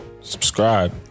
Subscribe